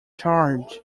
charge